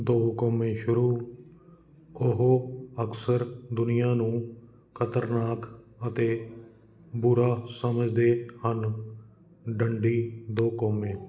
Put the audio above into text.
ਦੋ ਕੌਮੇ ਸ਼ੁਰੂ ਉਹ ਅਕਸਰ ਦੁਨੀਆਂ ਨੂੰ ਖ਼ਤਰਨਾਕ ਅਤੇ ਬੁਰਾ ਸਮਝਦੇ ਹਨ ਡੰਡੀ ਦੋ ਕੌਮੇ